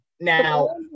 now